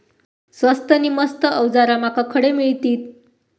स्वस्त नी मस्त अवजारा माका खडे मिळतीत?